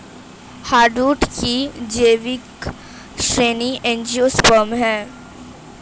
hardwood की जैविक श्रेणी एंजियोस्पर्म है